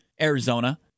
Arizona